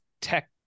tech